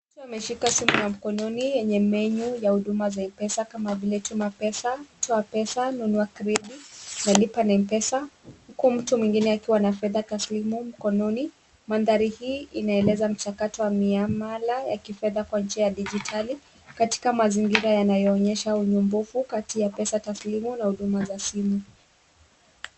Mtu ameshika simu ya mkononi yenye menyu ya huduma za M-Pesa kama vile; tuma pesa, toa pesa, nunua Credit na lipa na M-pesa, huku mtu mwingine akiwa na fedha taslimu mkononi. Mandhari hii inaeleza mchakato wa miamala ya kifedha kwa njia ya dijitali, katika mazingira yanayoonyesha onyo mbovu kati ya pesa taslimu na huduma za simu.